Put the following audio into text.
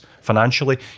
financially